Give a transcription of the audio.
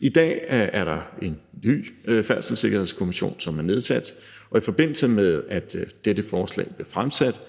I dag er der en ny Færdselssikkerhedskommission, som er nedsat, og i forbindelse med at dette forslag blev fremsat,